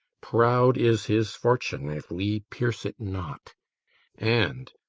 proud is his fortune if we pierce it not and,